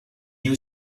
you